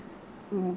mm